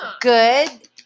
good